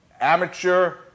amateur